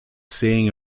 seeing